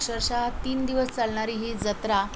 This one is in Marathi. अक्षरशः तीन दिवस चालणारी ही जत्रा